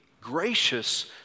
gracious